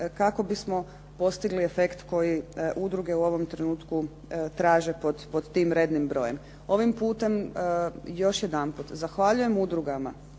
kako bismo postigli efekt koji udruge u ovom trenutku traže pod tim rednim brojem. Ovim putem još jedanput zahvaljujem udrugama,